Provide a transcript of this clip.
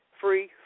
free